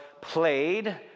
Played